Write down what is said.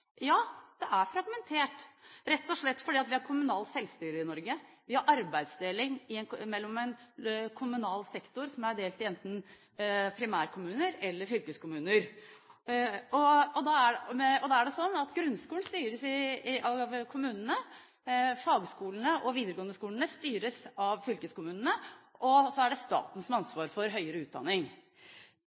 rett og slett fordi vi har kommunalt selvstyre i Norge. Vi har arbeidsdeling i en kommunal sektor som er delt i enten primærkommuner eller fylkeskommuner. Da er det slik at grunnskolen styres av kommunene, fagskolene og de videregående skolene styres av fylkeskommunene, og så er det staten som har ansvar for høyere utdanning.